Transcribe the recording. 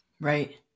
right